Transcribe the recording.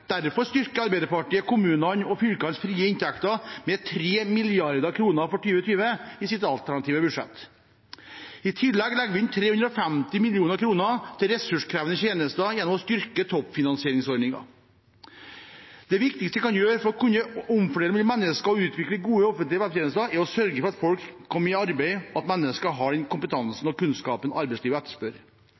Derfor styrker Arbeiderpartiet kommunenes og fylkenes frie inntekter med 3 mrd. kr for 2020 i sitt alternative budsjett. I tillegg legger vi inn 350 mill. kr til ressurskrevende tjenester gjennom å styrke toppfinansieringsordningen. Det viktigste vi kan gjøre for å kunne omfordele mellom mennesker og utvikle gode offentlige velferdstjenester, er å sørge for at folk kommer i arbeid, og at mennesker har den kompetansen og kunnskapen arbeidslivet etterspør.